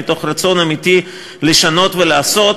מתוך רצון אמיתי לשנות ולעשות.